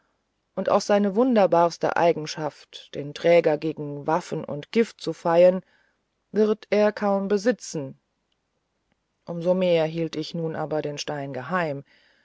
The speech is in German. und auch seine wunderbarste eigenschaft den träger gegen waffen und gift zu feien wird er kaum besitzen um so mehr hielt ich nun aber den stein geheim